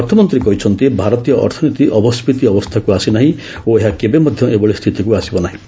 ଅର୍ଥମନ୍ତ୍ରୀ କହିଛନ୍ତି ଭାରତୀୟ ଅର୍ଥନୀତି ଅବସ୍କୀତି ଅବସ୍ଥାକୁ ଆସି ନାହିଁ ଓ ଏହା କେବେ ମଧ୍ୟ ଏଭଳି ସ୍ଥିତିକୁ ଆସିବ ନାହିଁ